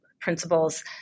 principles